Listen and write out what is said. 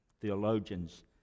theologians